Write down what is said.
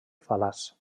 fal·laç